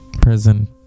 prison